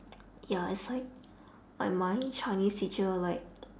ya it's like like my chinese teacher like